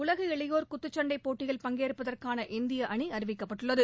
உலக இளையோர் குத்துச்சண்டை போட்டியில் பங்கேற்பதற்கான இந்திய அணி அறிவிக்கப்பட்டுள்ளது